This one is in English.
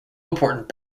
important